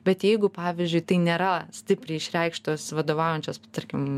bet jeigu pavyzdžiui tai nėra stipriai išreikštos vadovaujančios tarkim